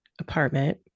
apartment